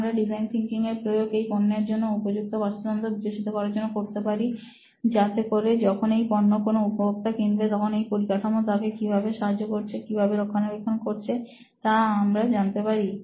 আমরা design thinking এর প্রয়োগ এই পণ্যের জন্য উপযুক্ত বাস্তু তন্ত্র বিকশিত করার জন্য করতে পারি যাতে করে যখন এই পণ্য কোন উপভোক্তা কিনবে তখন এই পরিকাঠামো তাকে কিভাবে সাহায্য করছে কিভাবে রক্ষণাবেক্ষণ করছে তা আমরা জানতে পারি